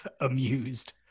Amused